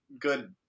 good